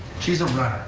she's a runner,